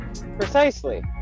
precisely